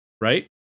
right